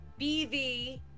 bv